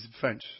French